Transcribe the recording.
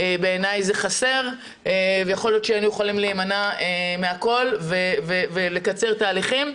בעיניי זה חסר ויכול להיות שהיינו יכולים להימנע מהכול ולקצר תהליכים.